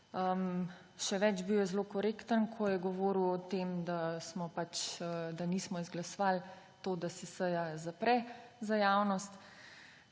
Še več, bil je zelo korekten, ko je govoril o tem, da nismo izglasovali tega, da se seja zapre za javnost.